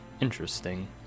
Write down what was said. interesting